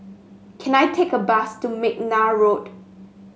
can I take a bus to McNair Road